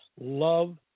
love